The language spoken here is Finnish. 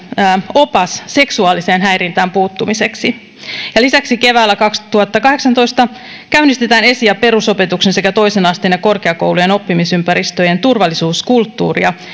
opas seksuaaliseen häirintään puuttumiseksi ja lisäksi keväällä kaksituhattakahdeksantoista käynnistetään esi ja perusopetuksen sekä toisen asteen ja korkeakoulujen oppimisympäristöjen turvallisuuskulttuuria